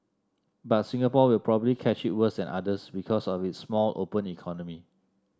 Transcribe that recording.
but Singapore will probably catch it worse than others because of its small open economy